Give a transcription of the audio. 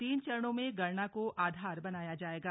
तीन चरणों में गणना को आधार बनाया जायेगा